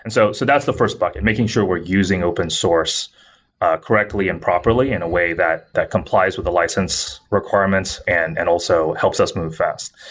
and so so that's the first bucket, making sure we're using open source correctly and properly in a way that that complies with the license requirements and and also helps us move fast.